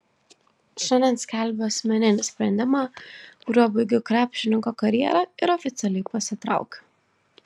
šiandien skelbiu asmeninį sprendimą kuriuo baigiu krepšininko karjerą ir oficialiai pasitraukiu